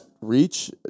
reach